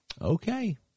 okay